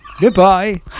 Goodbye